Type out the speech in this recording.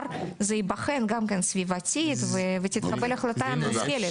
זה ייבחן סביבתית ותתקבל החלטה מושכלת.